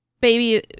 Baby